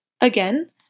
Again